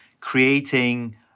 creating